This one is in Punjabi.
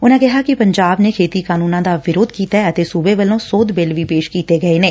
ਉਨਾਂ ਕਿਹਾ ਕਿ ਪੰਜਾਬ ਨੇ ਖੇਤੀ ਕਾਨੂੰਨਾਂ ਦਾ ਵਿਰੋਧ ਕੀਤੈਂ ਅਤੇ ਸੁਬੇ ਵੱਲੋਂ ਸੋਧ ਬਿੱਲ ਵੀ ਪੇਸ਼ ਕੀਤੇ ਗਏ ਨੇ